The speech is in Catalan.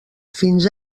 fins